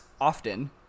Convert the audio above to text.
often